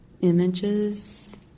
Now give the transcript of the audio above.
images